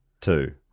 Two